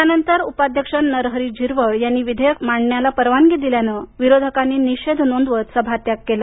यानंतर उपाध्यक्ष नरहरी झिरवळ यांनी विधेयक मांडण्याला परवानगी दिल्यानं विरोधकांनी निषेध नोंदवत सभात्याग केला